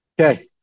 Okay